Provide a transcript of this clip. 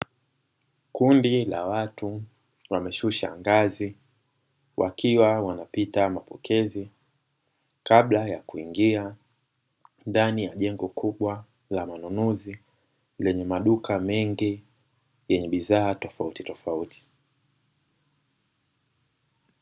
Kundi la watu wameshusha ngazi wakiwa wanapita mapokezi; kabla ya kuingia ndani ya jengo kubwa la manunuzi lenye maduka mengi yenye bidhaa tofautitofauti.